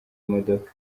modoka